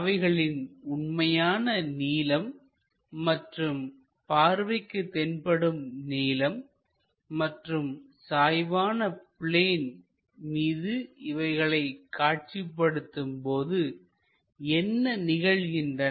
அவைகளின் உண்மையான நீளம் மற்றும் பார்வைக்கு தென்படும் நீளம் மற்றும் சாய்வான பிளேன் மீது இவைகளை காட்சிப்படுத்தும் போது என்ன நிகழ்கின்றன